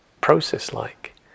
process-like